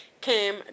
came